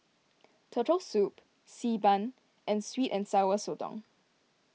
Turtle Soup Xi Ban and Sweet and Sour Sotong